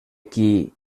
qui